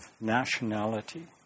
nationality